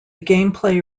gameplay